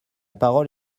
parole